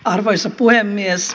arvoisa puhemies